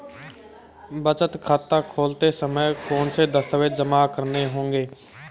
बचत खाता खोलते समय कौनसे दस्तावेज़ जमा करने होंगे?